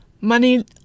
Money